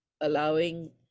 allowing